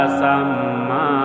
samma